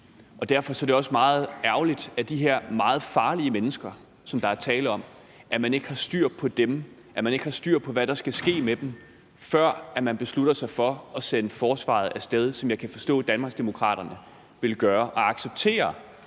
Derfor er det også meget ærgerligt, at man ikke har styr på de her meget farlige mennesker, som der er tale om, og at man ikke har styr på, hvad der skal ske med dem, før man beslutter sig for at sende forsvaret af sted, som jeg kan forstå Danmarksdemokraterne vil gøre. Man accepterer,